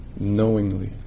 knowingly